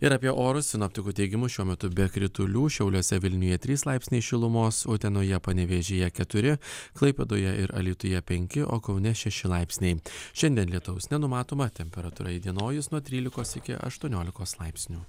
ir apie orus sinoptikų teigimu šiuo metu be kritulių šiauliuose vilniuje trys laipsniai šilumos utenoje panevėžyje keturi klaipėdoje ir alytuje penki o kaune šeši laipsniai šiandien lietaus nenumatoma temperatūra įdienojus nuo trylikos iki aštuoniolikos laipsnių